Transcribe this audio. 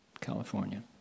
California